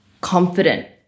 confident